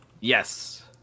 yes